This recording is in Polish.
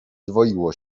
dwoiło